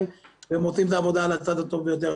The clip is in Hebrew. והם עושים את העבודה על הצד הטוב ביותר.